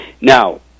Now